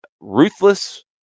ruthless